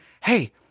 Hey